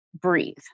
breathe